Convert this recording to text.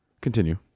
continue